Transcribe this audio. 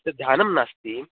तस्याः ध्यानं नास्ति